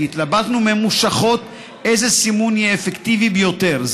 התלבטנו ממושכות איזה סימון יהיה אפקטיבי ביותר,